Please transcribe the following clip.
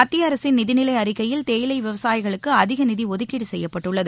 மத்திய அரசின் நிதிநிலை அறிக்கையில் தேயிலை விவசாயிகளுக்கு அதிக நிதி ஒதுக்கீடு செய்யப்பட்டுள்ளது